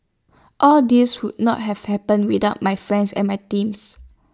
all this would not have happened without my friends and my teams